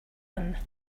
one